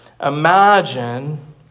Imagine